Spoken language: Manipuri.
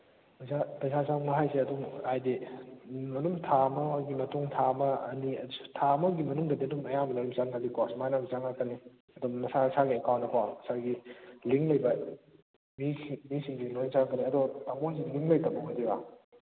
ꯄꯩꯁꯥ ꯄꯩꯁꯥ ꯆꯪꯕ ꯍꯥꯏꯁꯦ ꯑꯗꯨꯝ ꯍꯥꯏꯗꯤ ꯅꯨꯃꯤꯠ ꯑꯗꯨꯝ ꯊꯥ ꯑꯃꯒꯤ ꯃꯇꯨꯡ ꯊꯥ ꯑꯃ ꯑꯅꯤ ꯊꯥ ꯑꯃꯒꯤ ꯃꯅꯨꯡꯗꯗꯤ ꯑꯗꯨꯝ ꯑꯌꯥꯝꯕꯅ ꯑꯗꯨꯝ ꯆꯪꯒꯜꯂꯤꯀꯣ ꯁꯨꯃꯥꯏꯅ ꯑꯗꯨꯝ ꯆꯪꯉꯛꯀꯅꯤ ꯑꯗꯨꯝ ꯅꯁꯥ ꯅꯁꯥꯒꯤ ꯑꯦꯀꯥꯎꯟꯗꯀꯣ ꯅꯁꯥꯒꯤ ꯂꯤꯡ ꯂꯩꯕ ꯃꯤꯁꯤꯡꯗꯤ ꯂꯣꯏ ꯆꯪꯉꯛꯀꯅꯤ ꯑꯗꯣ ꯇꯥꯃꯣꯁꯤ ꯂꯤꯡ ꯂꯩꯇꯕ ꯑꯣꯏꯗꯣꯏꯔꯥ